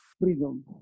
freedom